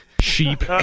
Sheep